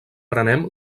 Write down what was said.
prenem